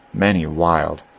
many wild,